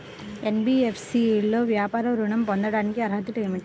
NBFC లో వ్యాపార ఋణం పొందటానికి అర్హతలు ఏమిటీ?